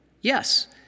yes